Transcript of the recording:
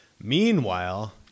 Meanwhile